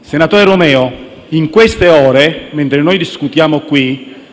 Senatore Romeo, in queste ore, mentre qui discutiamo